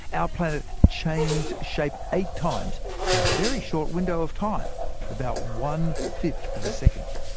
our planet changed shape eight times very short window of time about one fifth of a second.